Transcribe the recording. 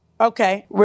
Okay